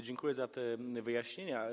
Dziękuję za te wyjaśnienia.